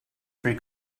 free